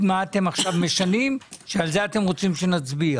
מה אתם עכשיו משנים שעל זה אתם רוצים שנצביע.